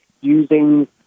using